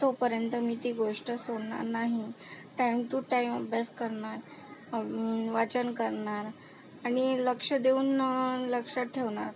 तोपर्यंत मी ती गोष्ट सोडणार नाही टाईम टू टाईम अभ्यास करणार वाचन करणार आणि लक्ष देऊन लक्षात ठेवणार